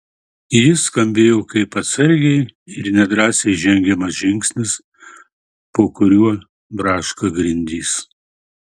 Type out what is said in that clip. jis skambėjo kaip atsargiai ir nedrąsiai žengiamas žingsnis po kuriuo braška grindys